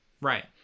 Right